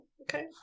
Okay